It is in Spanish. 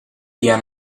tía